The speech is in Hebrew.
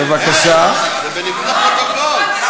זה בניגוד לפרוטוקול.